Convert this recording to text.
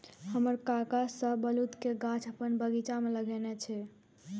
हमर काका शाहबलूत के गाछ अपन बगीचा मे लगेने छै